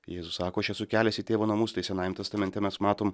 jėzus sako aš esu kelias į tėvo namus tai senajam testamente mes matom